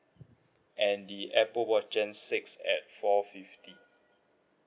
and the apple watch gen six at four fifty